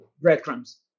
breadcrumbs